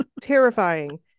Terrifying